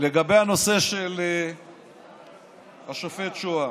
לגבי הנושא של השופט שוהם.